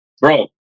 bro